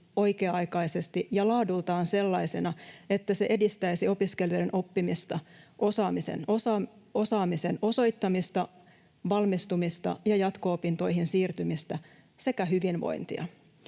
oikea-aikaisesti ja laadultaan sellaisena, että se edistäisi opiskelijoiden oppimista, osaamisen osoittamista, valmistumista ja jatko-opintoihin siirtymistä sekä hyvinvointia.